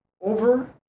over